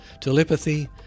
telepathy